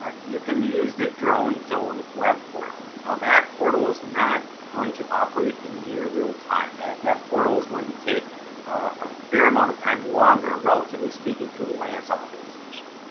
ah you can use the dronezone web portal. now, that portal is not going to operate in near real time that that portal is going to take a fair amount of time longer, relatively speaking to a laanc authorization.